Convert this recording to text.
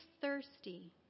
thirsty